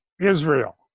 Israel